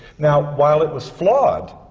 now, while it was flawed,